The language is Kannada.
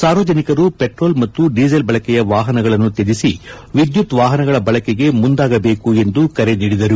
ಾರ್ವಜನಿಕರು ಪೆಟ್ರೋಲ್ ಮತ್ತು ಡೀಸೆಲ್ ಬಳಕೆಯ ವಾಪನಗಳನ್ನು ತ್ವಜಿಸಿ ವಿದ್ಯುತ್ ವಾಪನಗಳ ಬಳಕೆಗೆ ಮುಂದಾಗಬೇಕು ಎಂದು ಕರೆ ನೀಡಿದರು